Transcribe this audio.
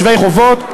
שווי חובות,